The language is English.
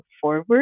forward